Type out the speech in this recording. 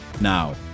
now